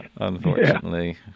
Unfortunately